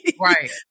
Right